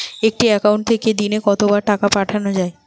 একটি একাউন্ট থেকে দিনে কতবার টাকা পাঠানো য়ায়?